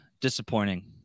disappointing